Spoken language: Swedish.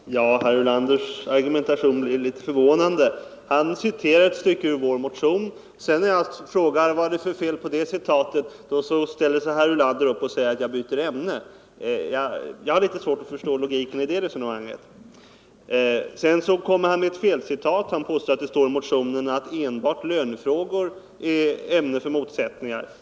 Herr talman! Herr Ulanders argumentation är litet förvånande. Han citerar ett stycke ur vår motion, och när jag frågar vad det är för fel på den formuleringen säger han att jag byter ämne. Jag har litet svårt att förstå logiken i det resonemanget. Sedan kommer han med ett felcitat. Han påstår att det i vår motion står att enbart lönefrågor är ett ämne för motsättningar.